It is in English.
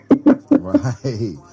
Right